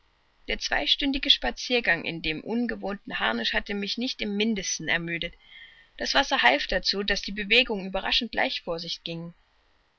der zweistündige spaziergang in dem ungewohnten harnisch hatte mich nicht im mindesten ermüdet das wasser half dazu daß die bewegungen überraschend leicht vor sich gingen